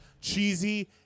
cheesy